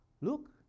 Look